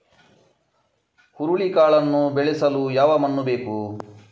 ಹುರುಳಿಕಾಳನ್ನು ಬೆಳೆಸಲು ಯಾವ ಮಣ್ಣು ಬೇಕು?